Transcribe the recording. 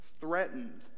threatened